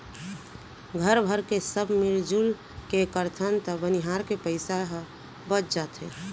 घर भरके सब मिरजुल के करथन त बनिहार के पइसा ह बच जाथे